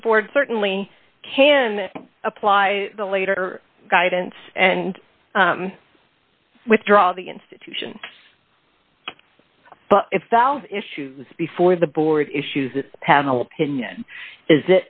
the board certainly can apply the later guidance and withdraw the institution but if the issues before the board issues the panel opinion is